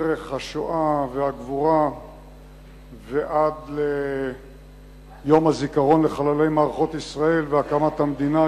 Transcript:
דרך השואה והגבורה ועד ליום הזיכרון לחללי מערכות ישראל והקמת המדינה,